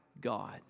God